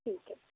ਠੀਕ ਹੈ